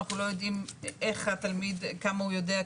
אנחנו לא יודעים כמה התלמיד יודע,